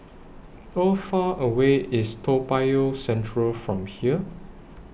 How Far away IS Toa Payoh Central from here